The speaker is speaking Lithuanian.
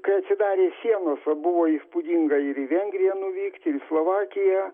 kai atsidarė sienos buvo įspūdinga ir vengriją nuvykti ir į slovakiją